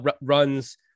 runs